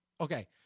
okay